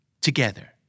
together